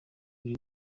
buri